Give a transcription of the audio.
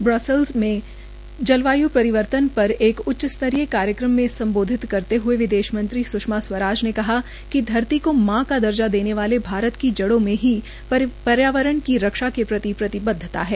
Brussels में जलवाय् परिवर्तन पर एक उच्च स्तरीय कार्यक्रम को सम्बोधित करते हए विदेश मंत्री स्षमा स्वराज ने का कहा कि धरती को मां का दर्जा देने वाले भारत की जड़ों में ही पर्यावरण की रक्षा की प्रति प्रतिबद्धता है